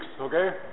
okay